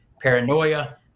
paranoia